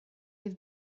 have